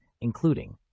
including